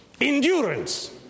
endurance